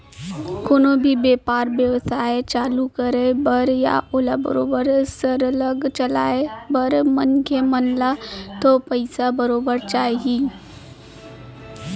कोनो भी बेपार बेवसाय चालू करे बर या ओला बरोबर सरलग चलाय बर मनखे मन ल तो पइसा बरोबर चाही रहिथे